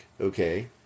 okay